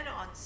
on